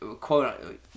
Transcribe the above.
quote